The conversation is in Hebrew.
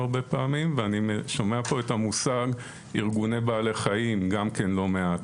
הרבה פעמים ואני שומע פה את המושג "ארגוני בעלי חיים" גם כן לא מעט.